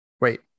wait